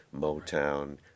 motown